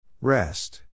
Rest